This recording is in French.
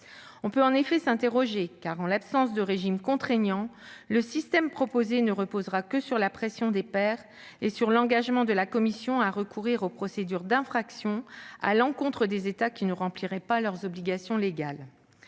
On peut en effet s'interroger, dans la mesure où, en l'absence de régime contraignant, le système proposé ne reposera que sur la pression des pairs et sur l'engagement de la Commission à recourir aux procédures d'infraction à l'encontre des États qui ne rempliraient pas leurs obligations légales.